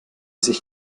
sich